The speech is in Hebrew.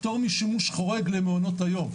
פטור משימוש חורג למעונות היום,